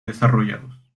desarrollados